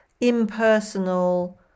impersonal